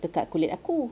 dekat kulit aku